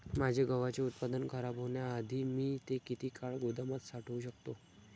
माझे गव्हाचे उत्पादन खराब होण्याआधी मी ते किती काळ गोदामात साठवू शकतो?